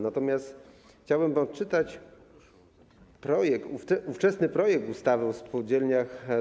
Natomiast chciałem odczytać ówczesny projekt ustawy o spółdzielniach.